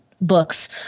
books